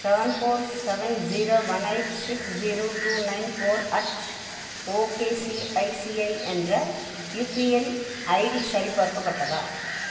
seven four seven zero one eight six zero two nine four at okay ICICI என்ற UPI ID சரிபார்க்கப்பட்டதா